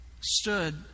stood